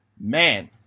Man